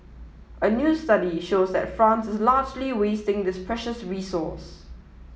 a new study shows that France is largely wasting this precious resource